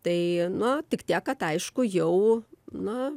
tai na tik tiek kad aišku jau na